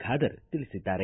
ಖಾದರ್ ತಿಳಿಸಿದ್ದಾರೆ